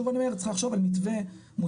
אני שוב אומר צריך לחשוב על מתווה מוסכם,